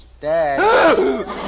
Dad